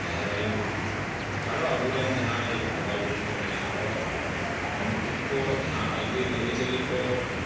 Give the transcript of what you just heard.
ᱡᱟᱦᱮᱨ ᱟᱭᱳ ᱟᱨᱚ ᱟᱵᱚᱨᱮᱱ ᱡᱟᱦᱟᱸᱭ ᱵᱚᱸᱜᱟᱵᱩᱨᱩ ᱠᱚ ᱢᱮᱱᱟᱜ ᱠᱚᱣᱟ ᱩᱱᱠᱩ ᱠᱚ ᱡᱟᱦᱟᱸ ᱟᱜᱮ ᱟᱹᱨᱤ ᱪᱟᱹᱞᱤ ᱠᱚ